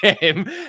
game